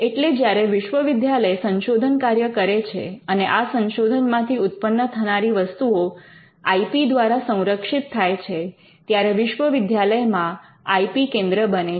એટલે જ્યારે વિશ્વવિદ્યાલય સંશોધનકાર્ય કરે છે અને આ સંશોધનમાંથી ઉત્પન્ન થનારી વસ્તુઓ આઇ પી દ્વારા સંરક્ષિત થાય છે ત્યારે વિશ્વવિદ્યાલયમાં આઇ પી કેન્દ્ર બને છે